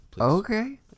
Okay